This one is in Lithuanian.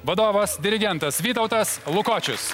vadovas dirigentas vytautas lukočius